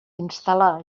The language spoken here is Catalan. instal·lar